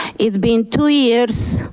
it's been two years,